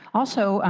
also,